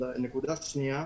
בנוסף,